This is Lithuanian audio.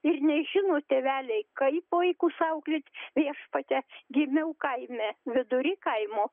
ir nežino tėveliai kaip vaikus auklėt viešpatie gimiau kaime vidury kaimo